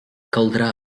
caldrà